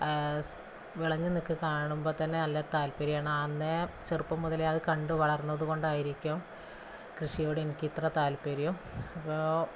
വിളഞ്ഞ് നിൽക്കുന്നത് കാണുമ്പം തന്നെ നല്ല താൽപര്യമാണ് അന്നേ ചെറുപ്പം മുതലേ അത് കണ്ട് വളർന്നത് കൊണ്ടായിരിക്കും കൃഷിയോട് എനിക്ക് ഇത്ര താൽപര്യം അപ്പോൾ